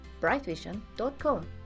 brightvision.com